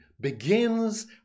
begins